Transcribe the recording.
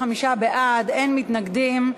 55 בעד, אין מתנגדים.